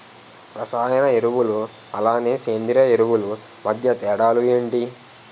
రసాయన ఎరువులు అలానే సేంద్రీయ ఎరువులు మధ్య తేడాలు ఏంటి?